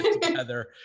together